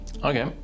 Okay